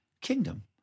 kingdom